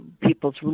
people's